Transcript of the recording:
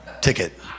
ticket